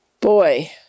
Boy